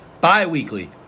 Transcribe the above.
bi-weekly